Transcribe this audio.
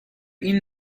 این